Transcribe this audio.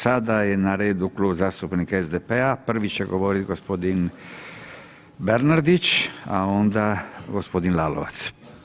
Sada je na redu Klub zastupnika SDP-a, prvi će govoriti gospodin Bernardić, a onda gospodin Lalovac.